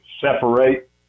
separate